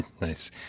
Nice